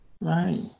Right